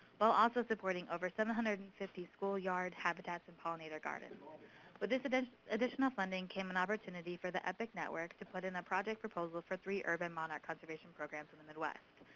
while also supporting over seven hundred and fifty schoolyard habitats and pollinator and but this this additional funding came an opportunity for the epic network to put in a project proposal for three urban monarch conservation programs in the midwest.